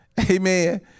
Amen